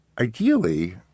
ideally